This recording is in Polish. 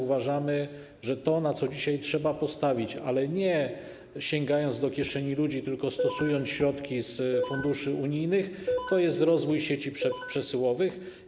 Uważamy, że to, na co dzisiaj trzeba postawić, ale nie sięgając do kieszeni ludzi, tylko stosując środki z funduszy unijnych, to jest rozwój sieci przesyłowych.